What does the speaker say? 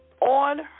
on